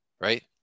right